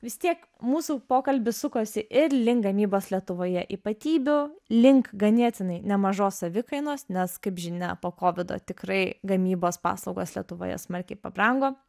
vis tiek mūsų pokalbis sukosi ir link gamybos lietuvoje ypatybių link ganėtinai nemažos savikainos nes kaip žinia po kovido tikrai gamybos paslaugos lietuvoje smarkiai pabrango